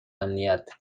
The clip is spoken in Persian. امنیت